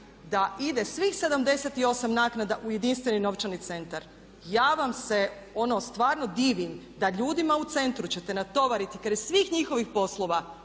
da ide svih 78 naknada u jedinstveni novčani centar. Ja vam se ono stvarno divim da ljudima u centru ćete natovariti kraj svih njihovih poslova